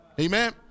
Amen